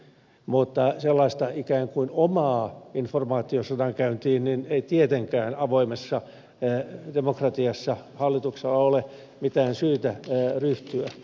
mutta sellaiseen ikään kuin omaan informaatiosodankäyntiin ei tietenkään avoimessa demokratiassa hallituksella ole mitään syytä ryhtyä